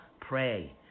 pray